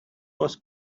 was